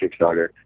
Kickstarter